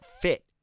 fit